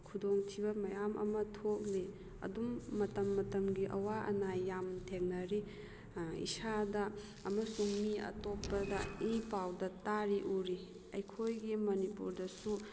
ꯈꯨꯗꯣꯡꯊꯤꯕ ꯃꯌꯥꯝ ꯑꯃ ꯊꯣꯛꯂꯤ ꯑꯗꯨꯝ ꯃꯇꯝ ꯃꯇꯝꯒꯤ ꯑꯋꯥ ꯑꯅꯥ ꯌꯥꯝ ꯊꯦꯡꯅꯔꯤ ꯏꯁꯥꯗ ꯑꯃꯁꯨꯡ ꯃꯤ ꯑꯇꯣꯞꯄꯗ ꯏꯄꯥꯎꯗ ꯇꯥꯔꯤ ꯎꯔꯤ ꯑꯩꯈꯣꯏꯒꯤ ꯃꯅꯤꯄꯨꯔꯗꯁꯨ